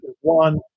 One